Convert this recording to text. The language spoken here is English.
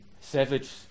savage